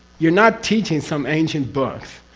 you're not teaching some ancient books.